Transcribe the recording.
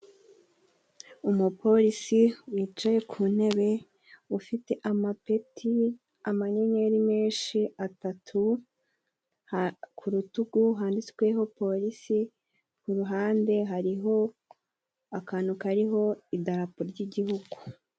Umupolisi wicaye ku ntebe ufite amapeti, amanyenyeri menshi atatu ku rutugu handitsweho polisi, ku ruhande hariho akantu kariho idarapo ry'Igihugu.